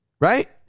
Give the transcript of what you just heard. right